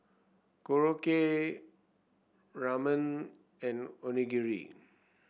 Korokke Ramen and Onigiri